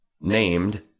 named